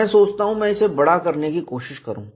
मैं सोचता हूं मैं इसे बड़ा करने की कोशिश करूं